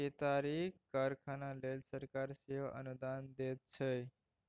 केतारीक कारखाना लेल सरकार सेहो अनुदान दैत छै